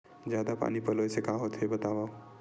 जादा पानी पलोय से का होथे बतावव?